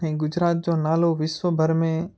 ऐं गुजरात जो नालो विश्वभर में